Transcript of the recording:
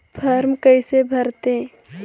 Form कइसे भरते?